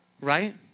Right